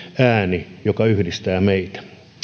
ääni joka yhdistää meitä